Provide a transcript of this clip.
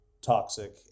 toxic